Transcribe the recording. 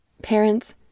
Parents